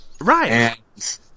Right